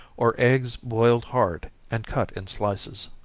or eggs boiled hard, and cut in slices.